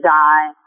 die